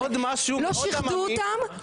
לא שיחדו אותם,